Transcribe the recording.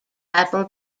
apple